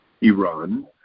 Iran